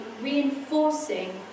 reinforcing